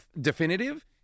definitive